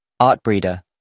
Artbreeder